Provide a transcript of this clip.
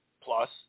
Plus